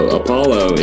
apollo